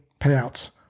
payouts